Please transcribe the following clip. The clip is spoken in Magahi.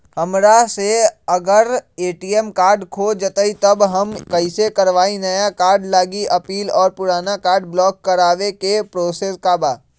हमरा से अगर ए.टी.एम कार्ड खो जतई तब हम कईसे करवाई नया कार्ड लागी अपील और पुराना कार्ड ब्लॉक करावे के प्रोसेस का बा?